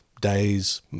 days